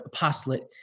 apostolate